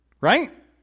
Right